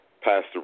Pastor